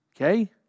Okay